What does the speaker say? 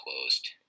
closed